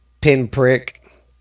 pinprick